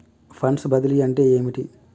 Funds బదిలీ అంటే ఏమిటి?